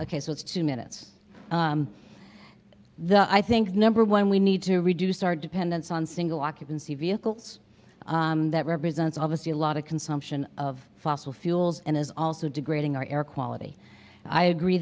ok so it's two minutes the i think number one we need to reduce our dependence on single occupancy vehicles that represents obviously a lot of consumption of fossil fuels and is also degrading our air quality i agree